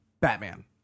Batman